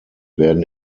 werden